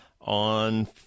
on